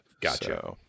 Gotcha